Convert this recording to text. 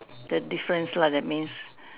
the difference lah that means